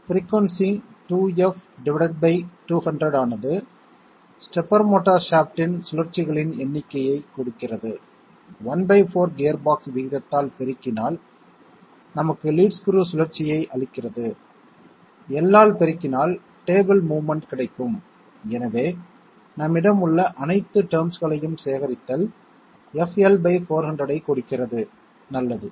frequency 2F divided by 200 ஆனது stepper motor ஷாஃப்ட்டின் சுழற்சிகளின் எண்ணிக்கையைக் கொடுக்கிறது ¼ கியர்பாக்ஸ் விகிதத்தால் பெருக்கினால் நமக்கு லீட் ஸ்க்ரூ சுழற்சியை அளிக்கிறது L ஆல் பெருக்கினால் டேபிள் மோவ்மென்ட் கிடைக்கும் எனவே நம்மிடம் உள்ள அனைத்து டெர்ம்ஸ்களையும் சேகரித்தல் FL 400 ஐ கொடுக்கிறது நல்லது